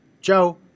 Joe